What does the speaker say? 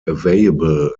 available